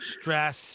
stress